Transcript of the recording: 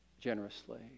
generously